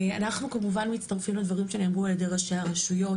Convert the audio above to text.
אנחנו כמובן מצטרפים לדברים שנאמרו על ידי ראשי הרשויות